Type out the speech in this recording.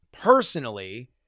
personally